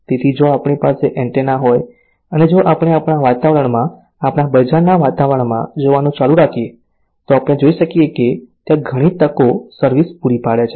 તેથી જો આપણી પાસે એન્ટેના હોય અને જો આપણે આપણા વાતાવરણમાં આપણા બજારના વાતાવરણમાં જોવાનું ચાલુ રાખીએ તો આપણે જોઈ શકીએ છીએ કે ત્યાં ઘણી તકો સર્વિસ પૂરી પાડે છે